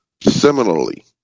Similarly